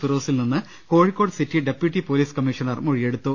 ഫിറോസിൽ നിന്ന് Kozhikode city deputy police commissioner മൊഴിയെടുത്തു